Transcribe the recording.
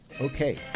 Okay